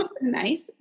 Nice